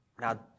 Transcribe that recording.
Now